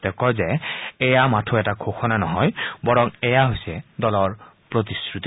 তেওঁ কয় যে এয়া মাথো এটা ঘোষণা নহয় বৰং এয়া হৈছে দলৰ প্ৰতিশ্ৰুতি